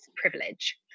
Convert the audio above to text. privilege